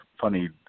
funny